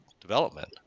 development